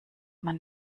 man